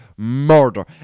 murder